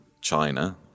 China